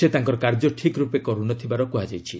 ସେ ତାଙ୍କର କାର୍ଯ୍ୟ ଠିକ୍ ରୂପେ କରୁନଥିବାର କୁହାଯାଇଛି